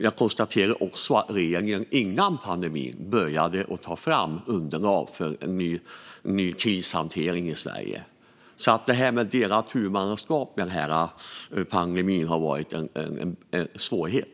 Jag konstaterar också att regeringen före pandemin började ta fram underlag för en ny krishantering i Sverige. Det här med delat huvudmannaskap har under pandemin varit en svårighet.